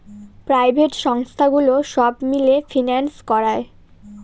private সংস্থাগুলো সব মিলে ফিন্যান্স করায়